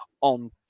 on